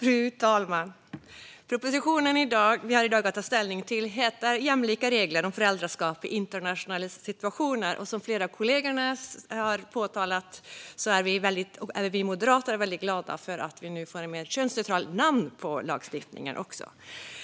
Fru talman! Propositionen vi i dag har att ta ställning till heter Jämlika regler om föräldraskap i internationella situationer . Som flera kollegor har påpekat är vi moderater väldigt glada för att vi nu också får ett mer könsneutralt namn på lagstiftningen.